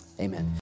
Amen